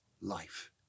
life